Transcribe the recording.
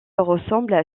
ressemble